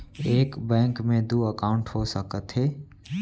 एक बैंक में दू एकाउंट हो सकत हे?